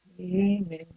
Amen